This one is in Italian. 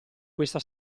questa